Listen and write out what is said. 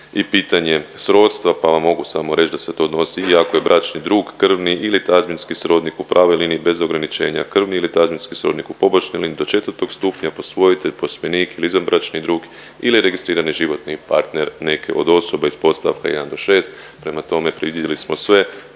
i pitanje srodstva pa vam mogu samo reći da se to odnosi ili ako je bračni drug krvni ili tazbinski srodnik u pravoj liniji bez ograničenja, krvni ili tazbinski srodnik u pobočnoj liniji do 4. stupnja, posvojitelj, posvojenik, izvanbračni drug ili registrirani životni partner neke od osoba iz podst. 1-6, prema tome, predvidjeli smo sve.